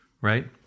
right